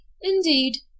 indeed